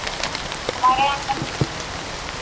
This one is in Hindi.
हमारे यहाँ